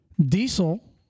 Diesel